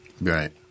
Right